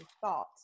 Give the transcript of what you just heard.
thought